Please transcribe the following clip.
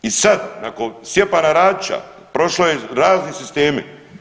I sad nakon Stjepana Radića prošlo je razni sistemi.